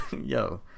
yo